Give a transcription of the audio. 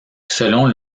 selon